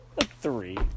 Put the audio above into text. Three